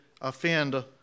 offend